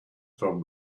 from